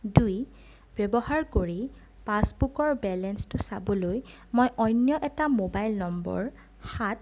দুই ব্যৱহাৰ কৰি পাছবুকৰ বেলেঞ্চটো চাবলৈ মই অন্য এটা মোবাইল নম্বৰ সাত